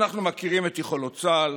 כי אנחנו מכירים את יכולות צה"ל,